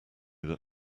that